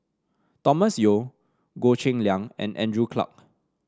Thomas Yeo Goh Cheng Liang and Andrew Clarke